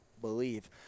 believe